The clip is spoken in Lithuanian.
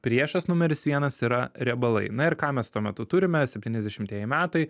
priešas numeris vienas yra riebalai na ir ką mes tuo metu turime septyniasdešimtieji metai